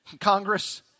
Congress